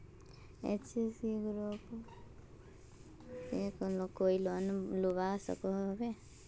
SHG group से सब कोई लोन लुबा सकोहो होबे?